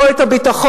לא את הביטחון,